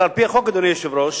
אלא על-פי החוק, אדוני היושב-ראש,